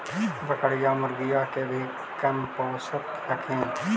बकरीया, मुर्गीया के भी कमपोसत हखिन?